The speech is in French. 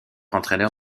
entraîneur